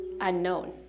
unknown